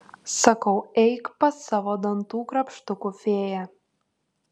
sakau eik pas savo dantų krapštukų fėją